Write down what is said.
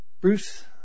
Bruce